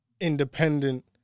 independent